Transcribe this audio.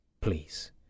Please